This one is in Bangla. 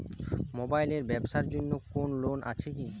মোবাইল এর ব্যাবসার জন্য কোন লোন আছে কি?